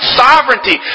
sovereignty